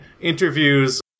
interviews